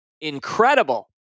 incredible